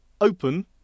open